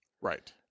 Right